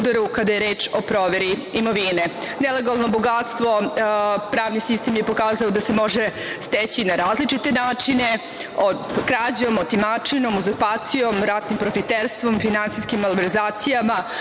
kada je reč o proveri imovine. Nelegalno bogatstvo, pravni sistem je pokazao da se može steći na različite načine, krađom, otimačinom, uzurpacijom, ratnim profiterstvom, finansijskim malverzacijama